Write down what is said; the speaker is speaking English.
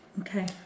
Okay